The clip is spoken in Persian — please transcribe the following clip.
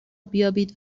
بیابید